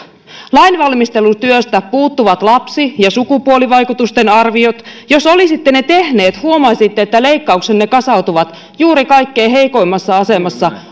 lainvalmistelutyöstä puuttuvat lapsi ja sukupuolivaikutusten arviot jos olisitte ne tehneet huomaisitte että leikkauksenne kasautuvat juuri kaikkein heikoimmassa asemassa